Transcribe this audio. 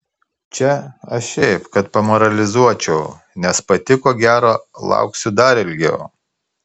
čia aš šiaip kad pamoralizuočiau nes pati ko gero lauksiu dar ilgiau